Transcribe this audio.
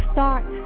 Start